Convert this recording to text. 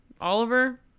oliver